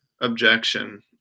objection